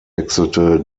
wechselte